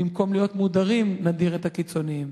במקום להיות מודרים, נדיר את הקיצונים.